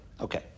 Okay